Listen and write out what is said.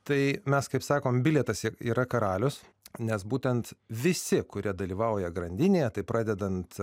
tai mes kaip sakom bilietas yra karalius nes būtent visi kurie dalyvauja grandinėje pradedant